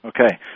Okay